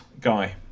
Guy